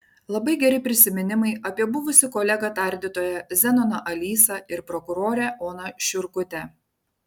labai geri prisiminimai apie buvusį kolegą tardytoją zenoną alysą ir prokurorę oną šiurkutę